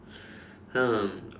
um